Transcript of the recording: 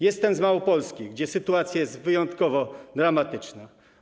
Jestem z Małopolski, gdzie sytuacja jest wyjątkowo dramatyczna.